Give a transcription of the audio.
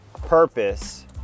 purpose